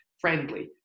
friendly